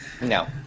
No